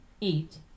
eat